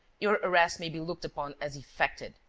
your arrest may be looked upon as effected.